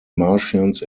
martians